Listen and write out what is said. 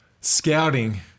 scouting